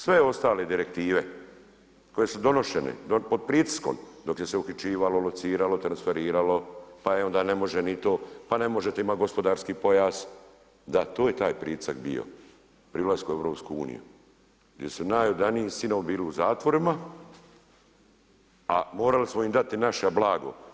Sve ostale direktive koje su donošene pod pritiskom dok je se uhićivalo, lociralo, transferiralo pa e onda ne može ni to, pa ne možete imati gospodarski pojas, da to je taj pritisak bio pri ulasku u EU gdje su najodaniji sinovi bili u zatvorima, a morali smo im dati naše blago.